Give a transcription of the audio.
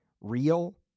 real